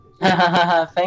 Thank